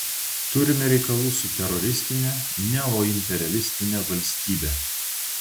turime reikalų su teroristine neoimperialistine valstybe